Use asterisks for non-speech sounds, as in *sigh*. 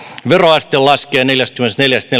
veroaste laskee neljästäkymmenestäneljästä *unintelligible*